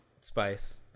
Spice